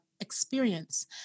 experience